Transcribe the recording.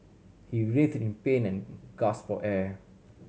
he writhe in pain and gasp for air